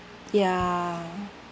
ya